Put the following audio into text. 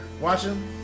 watching